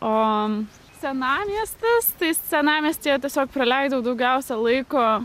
o senamiestis tai senamiestyje tiesiog praleidau daugiausiai laiko